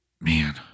man